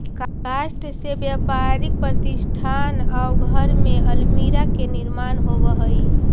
काष्ठ से व्यापारिक प्रतिष्ठान आउ घर में अल्मीरा के निर्माण होवऽ हई